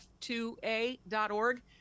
f2a.org